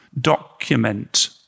document